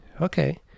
okay